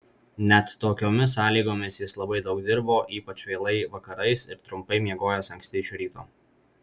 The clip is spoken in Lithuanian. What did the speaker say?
net tokiomis sąlygomis jis labai daug dirbo ypač vėlai vakarais ir trumpai miegojęs anksti iš ryto